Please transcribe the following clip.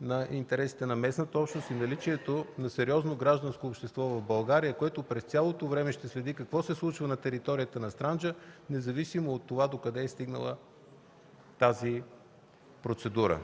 на интересите на местната общност и наличието на сериозно гражданско общество в България, което през цялото време ще следи какво се случва на територията на „Странджа”, независимо от това докъде е стигнала тази процедура.